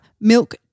Milk